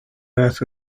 earth